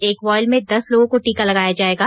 एक वॉयल में दस लोगों को टीका लगाया जायेगा